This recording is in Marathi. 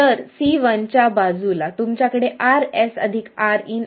तर C1 च्या बाजूला तुमच्याकडे Rs अधिक Rin आहे